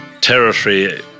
territory